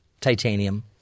titanium